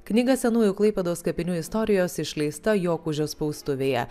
knyga senųjų klaipėdos kapinių istorijos išleista jokužio spaustuvėje